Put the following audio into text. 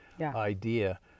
idea